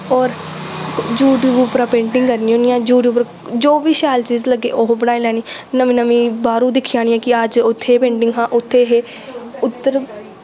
होर यूट्यूब उप्परा पेंटिंग करनी होन्नी आं यूट्यूब जो बी शैल चीज़ लग्गे ओह् बनाई लैनी नमीं नमीं बाह्रों दिक्खी आनी कि अज्ज उत्थें एह् पेंटिंग हे उत्थें उद्धर